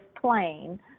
plane